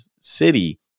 city